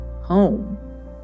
home